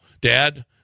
Dad